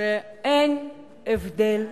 אין הבדל,